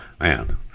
man